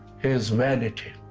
his vanity.